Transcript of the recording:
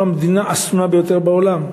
אנחנו המדינה השנואה ביותר בעולם.